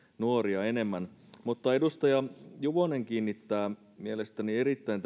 nuoria enemmän mutta edustaja juvonen kiinnittää mielestäni erittäin